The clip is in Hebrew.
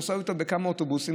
שנסעו איתו בכמה אוטובוסים.